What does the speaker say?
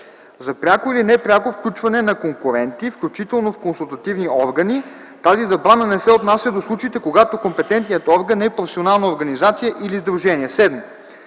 за пряко или непряко включване на конкуренти, включително в консултативни органи; тази забрана не се отнася до случаите, когато компетентният орган е професионална организация или сдружение;